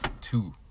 two